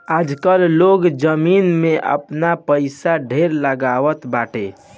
आजकाल लोग जमीन में आपन पईसा ढेर लगावत बाटे